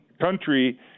country